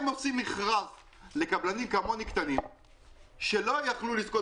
הן עושות מכרז לקבלנים קטנים כמוני שלא יכלו לזכות